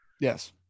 Yes